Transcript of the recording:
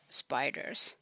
spiders